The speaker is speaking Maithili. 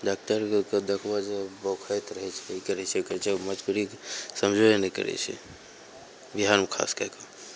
डॉकटरके तो देखबहो जे बौखैत रहै छै ई करै छै ओ करै छै मजबूरीके समझबे नहि करै छै बिहारमे खास कै के